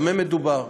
במה מדובר?